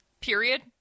period